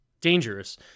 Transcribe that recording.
dangerous